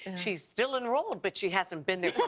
and she's still enrolled, but she hasn't been there